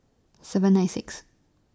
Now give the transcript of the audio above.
seven nine six